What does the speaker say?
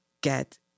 get